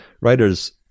writers